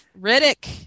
Riddick